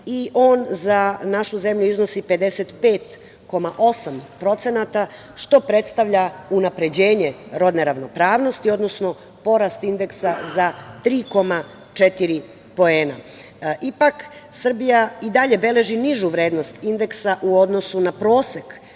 i on za našu zemlju iznosi 55,8%, što predstavlja unapređenje rodne ravnopravnosti, odnosno porast indeksa za 3,4 poena. Ipak, Srbija i dalje beleži nižu vrednost indeksa u odnosu na prosek